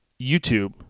YouTube